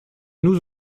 nous